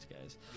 guys